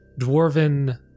dwarven